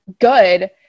good